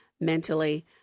mentally